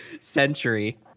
century